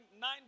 nine